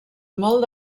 molt